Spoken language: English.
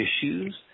issues